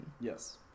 Yes